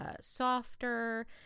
softer